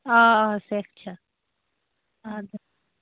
آ آ سٮ۪کھ چھےٚ اَدٕ